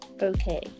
okay